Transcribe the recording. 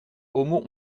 aumont